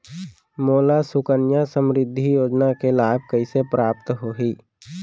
मोला सुकन्या समृद्धि योजना के लाभ कइसे प्राप्त होही?